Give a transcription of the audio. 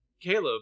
Caleb